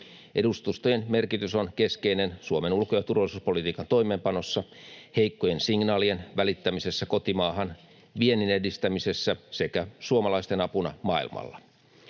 Edustustojen merkitys on keskeinen Suomen ulko- ja turvallisuuspolitiikan toimeenpanossa, heikkojen signaalien välittämisessä kotimaahan, vienninedistämisessä sekä suomalaisten apuna maailmalla.